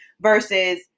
versus